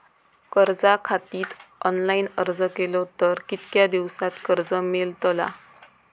कर्जा खातीत ऑनलाईन अर्ज केलो तर कितक्या दिवसात कर्ज मेलतला?